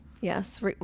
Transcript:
Yes